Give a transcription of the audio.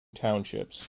townships